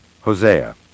Hosea